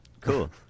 Cool